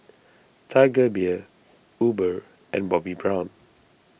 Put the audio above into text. Tiger Beer Uber and Bobbi Brown